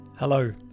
Hello